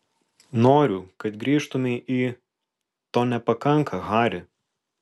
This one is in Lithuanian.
noriu kad grįžtumei į to nepakanka hari